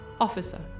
Officer